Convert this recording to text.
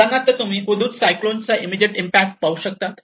उदाहरणार्थ तुम्ही हुदहुद सायक्लोन चा इमेडीएट इम्पॅक्ट पाहू शकतात